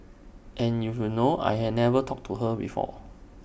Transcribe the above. and you will know I had never talked to her before